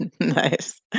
Nice